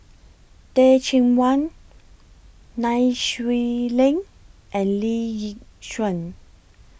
Teh Cheang Wan Nai Swee Leng and Lee Yi Shyan